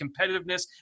competitiveness